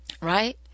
right